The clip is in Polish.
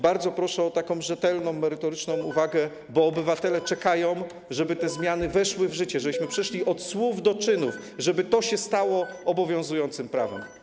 Bardzo proszę o taką rzetelną, merytoryczną uwagę, bo obywatele czekają, żeby te zmiany weszły w życie, żebyśmy przeszli od słów do czynów, żeby to się stało obowiązującym prawem.